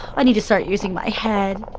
i need to start using my head.